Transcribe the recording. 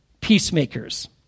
peacemakers